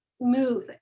move